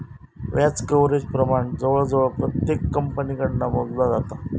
व्याज कव्हरेज प्रमाण जवळजवळ प्रत्येक कंपनीकडना मोजला जाता